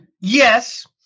yes